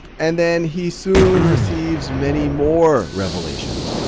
and then he soon receives many more revelations.